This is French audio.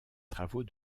travaux